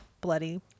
bloody